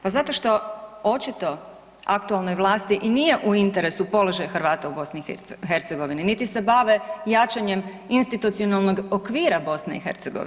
Pa zato što očito aktualnoj vlasti i nije u interesu položaj Hrvata u BiH, niti se bave jačanjem institucionalnog okvira BiH.